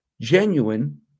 genuine